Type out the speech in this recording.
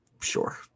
sure